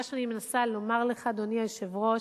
מה שאני מנסה לומר לך, אדוני היושב-ראש,